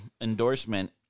endorsement